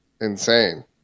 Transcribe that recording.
insane